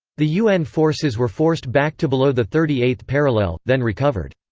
the un forces were forced back to below the thirty eighth parallel, then recovered.